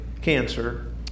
cancer